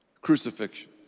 crucifixions